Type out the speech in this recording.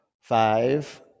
five